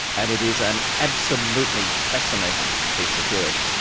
and it is an absolutely fascinating piece of work.